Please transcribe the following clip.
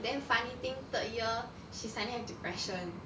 then funny thing third year she suddenly have depression